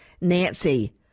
nancy